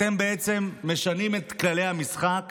אתם בעצם משנים את כללי המשחק